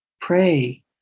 pray